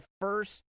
first